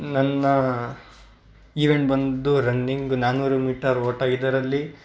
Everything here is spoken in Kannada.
ನನ್ನ ಇವೆಂಟ್ ಬಂದು ರನ್ನಿಂಗ್ ನಾನ್ನೂರು ಮೀಟರ್ ಓಟ ಇದರಲ್ಲಿ